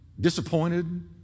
disappointed